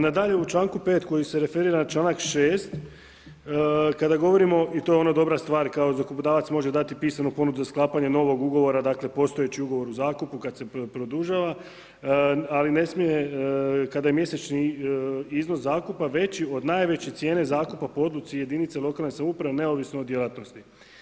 Nadalje, u članku 5. koji se referira na članak 6. kada govorimo i to je ono dobra stvar kao zakupodavac može dati pisanu ponudu za sklapanje novog ugovora, dakle postojeći govor u zakupu kad se produžava, ali ne smije kada je mjesečni iznos zakupa veći od najveće cijene zakupa po odluci jedinice lokalne samouprave, neovisno o djelatnosti.